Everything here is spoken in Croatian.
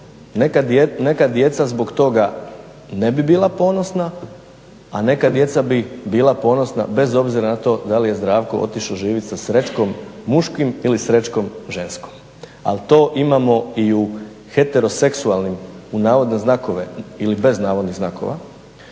Neka djeca zbog toga ne bi bila ponosna a neka djeca bi bila ponosna bez obzira na to da li je Zdravko otišao živjeti sa Srećkom muškim ili Srećkom ženkom. Ali to imamo i u heteroseksualnim u navodne znakove ili bez navodnih znakova